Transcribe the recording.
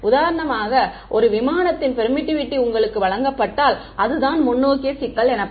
உதாரணமாக ஒரு விமானத்தின் பெர்மிட்டிவிட்டி உங்களுக்கு வழங்கப்பட்டால் அது தான் முன்னோக்கிய சிக்கல் எனப்படும்